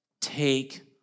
take